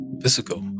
physical